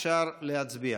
אפשר להצביע.